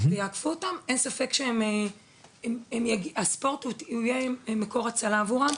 אין ספק שהספורט יהיה מקור הצלה עבורם.